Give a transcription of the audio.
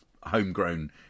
homegrown